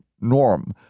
norm